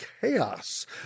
chaos